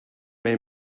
may